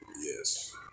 Yes